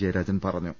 ജയരാജൻ പറഞ്ഞു